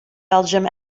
belgium